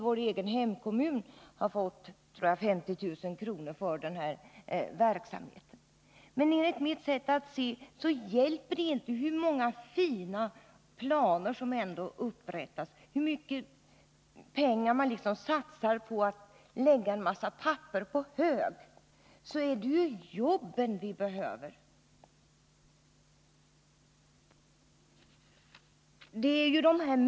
I min hemkommun har vi fått 50 000 kr., tror jag, för den här verksamheten. Men enligt mitt sätt att se hjälper det inte hur många fina planer som än upprättas, hur mycket pengar man satsar på att lägga en massa papper på hög — det är ju jobben vi behöver.